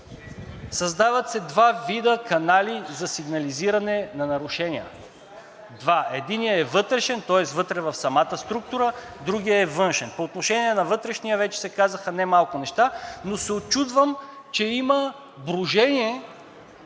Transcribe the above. създават се два вида канали за сигнализиране на нарушения. Два. Единият е вътрешен, тоест вътре в самата структура, другият е външен. По отношение на вътрешния вече се казаха немалко неща, но се учудвам, че има брожение